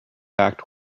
back